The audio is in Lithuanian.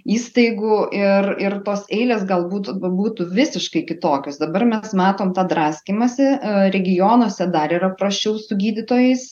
įstaigų ir ir tos eilės galbūt būtų visiškai kitokios dabar mes matom tą draskymąsi regionuose dar yra prasčiau su gydytojais